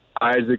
Isaac